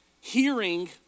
hearing